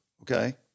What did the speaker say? Okay